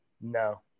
No